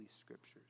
Scriptures